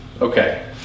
Okay